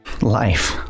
Life